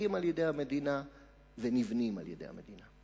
מתוקצבים על-ידי המדינה ונבנים על-ידי המדינה.